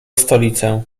stolicę